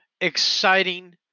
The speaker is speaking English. exciting